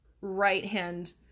right-hand